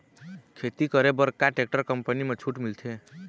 खेती करे बर का टेक्टर कंपनी म छूट मिलथे?